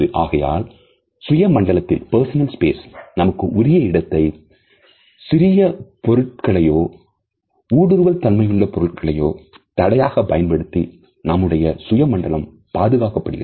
ஆகையால் சுய மண்டலத்தில் நமக்கு உரிய இடத்தை சிறிய பொருட்களையோ ஊடுருவல் தன்மையுள்ள பொருட்களையோ தடையாக பயன்படுத்தி நம்முடைய சுயமண்டலம் பாதுகாக்கப்படுகிறது